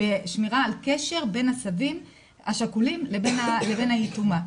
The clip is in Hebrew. ושמירה על קשר בין הסבים השכולים לבין היתומה,